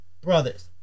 brothers